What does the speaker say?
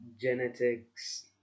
genetics